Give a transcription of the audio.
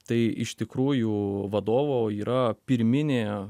tai iš tikrųjų vadovo yra pirminė